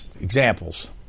examples